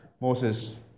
Moses